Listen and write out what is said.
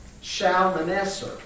Shalmaneser